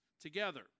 together